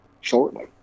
shortly